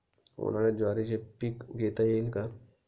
उन्हाळ्यात ज्वारीचे पीक घेता येईल का?